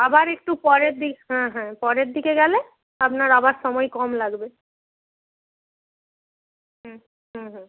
আবার একটু পরের দিক হ্যাঁ হ্যাঁ পরের দিকে গেলে আপনার আবার সময় কম লাগবে হুম হুম হুম